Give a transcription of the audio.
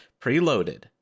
preloaded